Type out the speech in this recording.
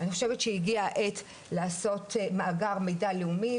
אני חושבת שהגיעה העת לעשות מאגר לאומי,